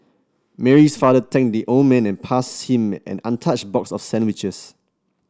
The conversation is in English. Mary's father thanked the old man and passed him an untouched box of sandwiches